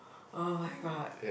oh-my-god